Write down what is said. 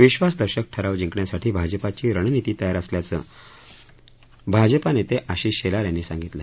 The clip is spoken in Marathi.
विश्वासदर्शक ठराव जिंकण्यासाठी भाजपाची रणनिती तयार असल्याचं भाजपा नेते आशिष शेलार यांनी सांगितलं